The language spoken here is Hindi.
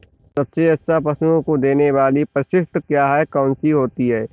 सबसे अच्छा पशुओं को देने वाली परिशिष्ट क्या है? कौन सी होती है?